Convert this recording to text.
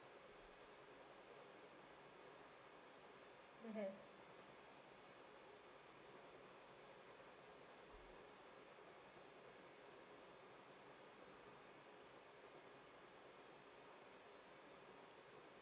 mmhmm